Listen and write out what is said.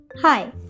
Hi